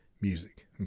music